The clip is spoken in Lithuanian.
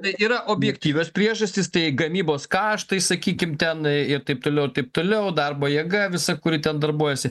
tai yra objektyvios priežastys tai gamybos kaštai sakykim ten ir taip toliau taip toliau darbo jėga visa kuri ten darbuojasi